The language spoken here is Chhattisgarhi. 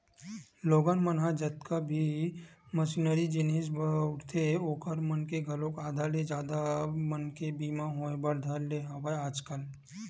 लोगन मन ह जतका भी मसीनरी जिनिस बउरथे ओखर मन के घलोक आधा ले जादा मनके बीमा होय बर धर ने हवय आजकल